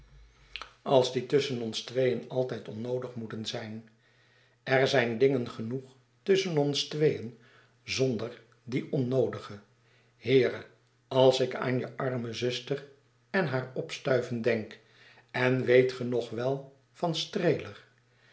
als die tusschen ons tweeen altijd onnoodigmoetenzijn er zijn dingen genoeg tusschen ons tweeen zonder die onnoodige heere als ik aan je arme zuster en haar opstuiven denk en weet ge nog wel van streeler